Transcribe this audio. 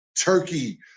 Turkey